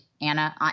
Anna